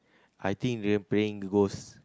I think they're playing ghost